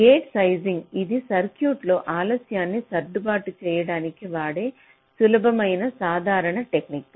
gate sizing ఇది సర్క్యూట్లో ఆలస్యాన్ని సర్దుబాటు చేయడానికి వాడే సులభమైన సాధారణ టెక్నిక్